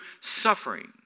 suffering